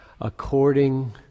according